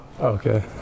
Okay